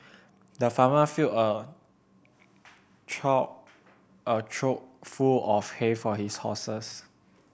the farmer filled a a trough full of hay for his horses